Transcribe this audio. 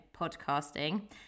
podcasting